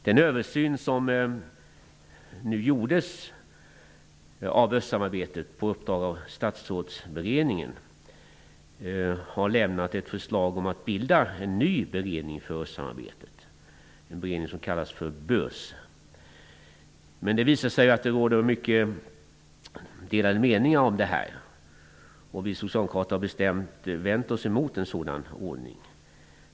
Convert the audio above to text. Den översyn av östsamarbetet som gjordes på uppdrag av Statsrådsberedningen har gett upphov till ett förslag om bildandet av en ny beredning för östsamarbetet, en beredning som kallas BÖS. Det visar sig att det råder mycket delade meningar om detta. Vi socialdemokrater har bestämt vänt oss emot en sådan ordning.